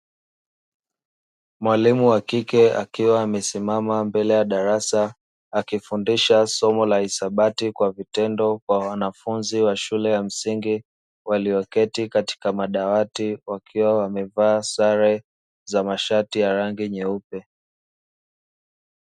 Mwalimu wa kike akiwa amesimama mbele ya darasa akifundisha somo la hisabati kwa vitendo kwa wanafunzi wa shule ya msingi walioketi katika madawati wakiwa wamevaa sare za mashati ya rangi nyeupe.